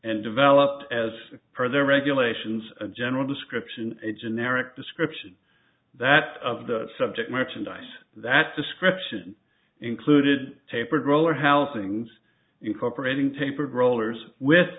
and developed as per their regulations a general description a generic description that of the subject merchandise that description included tapered roller how things incorporating tapered rollers with